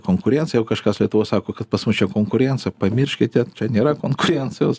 konkurencija o kažkas lietuvoj sako kad pas mus čia konkurencija pamirškite čia nėra konkurencijos